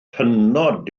hynod